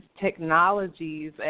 technologies